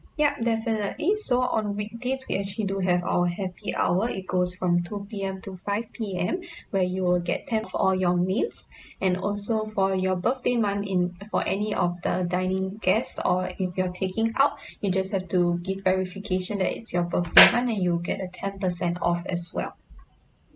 yup definitely so on weekdays we actually do have our happy hour it goes from two P_M to five P_M where you will get ten for all your meals and also for your birthday month in for any of the dine in guests or if you're taking out you just have to give verification that it's your birthday month and you'll get a ten percent off as well